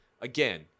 Again